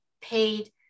paid